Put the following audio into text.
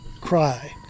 cry